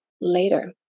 later